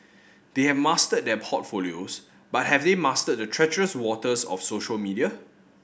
they have mastered their portfolios but have they mastered the treacherous waters of social media